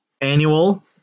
annual